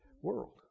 world